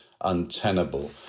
untenable